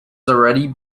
already